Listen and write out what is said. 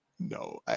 no